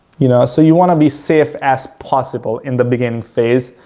you know, so you want to be safe as possible in the beginning phase.